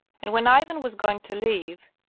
and when ivan was going to leave,